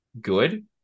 good